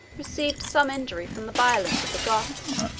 received some injury from the violence of the goths.